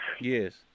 Yes